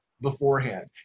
beforehand